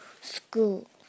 school